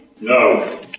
No